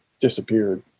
disappeared